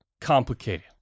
complicated